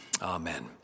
Amen